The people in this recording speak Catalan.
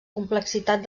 complexitat